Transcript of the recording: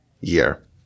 year